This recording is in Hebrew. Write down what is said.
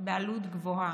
בעלות גבוהה.